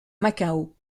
macao